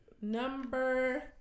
Number